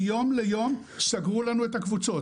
מיום ליום סגרו לנו את הקבוצות.